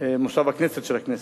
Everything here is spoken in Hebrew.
מושב הכנסת של הכנסת.